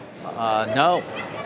No